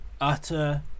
utter